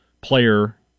player